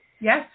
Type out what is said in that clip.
Yes